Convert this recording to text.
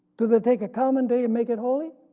do they take a common day and make it holy?